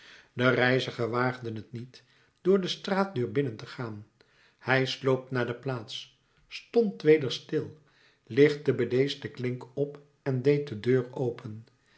de reiziger waagde t niet door de straatdeur binnen te gaan hij sloop naar de plaats stond weder stil lichtte bedeesd de klink op en deed de deur open